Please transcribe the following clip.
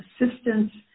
assistance